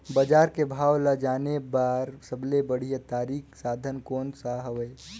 बजार के भाव ला जाने बार सबले बढ़िया तारिक साधन कोन सा हवय?